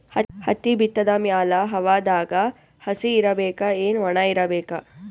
ಹತ್ತಿ ಬಿತ್ತದ ಮ್ಯಾಲ ಹವಾದಾಗ ಹಸಿ ಇರಬೇಕಾ, ಏನ್ ಒಣಇರಬೇಕ?